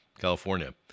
California